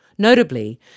Notably